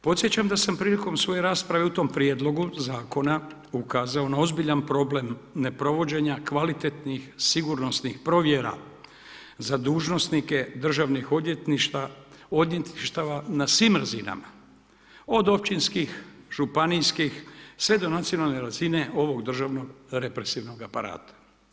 Podsjećam da sam prilikom svoje rasprave u tom prijedlogu zakona ukazao na ozbiljan problem neprovođenja kvalitetnih sigurnosnih provjera za dužnosnika državnih odvjetništava na svim razinama, od općinskih, županijskih, sve do nacionalne razine ovog državnog represivnog aparata.